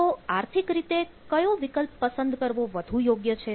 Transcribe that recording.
તો આર્થિક રીતે કયો વિકલ્પ પસંદ કરવો વધુ યોગ્ય છે